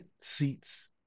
seats